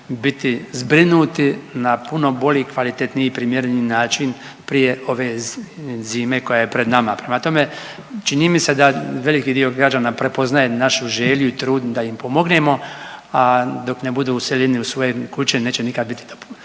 biti zbrinuti na puno bolji, kvalitetniji i primjereni način prije ove zime koja je pred nama. Prema tome, čini mi se da veliki dio građana prepoznaje našu želju i trud da im pomognemo, a dok ne budu useljeni u svoje kuće neće nikad biti u